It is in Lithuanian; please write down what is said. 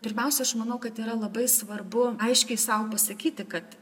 pirmiausia aš manau kad yra labai svarbu aiškiai sau pasakyti kad